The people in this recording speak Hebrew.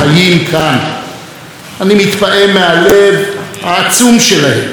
אני מתפעם מהלב העצום שלהם ומהנכונות שלהם